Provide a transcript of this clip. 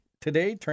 today